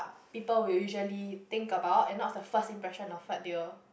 people will usually think about and not the first impression of what they will